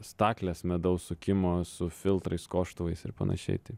staklės medaus sukimo su filtrais koštuvais ir panašiai tai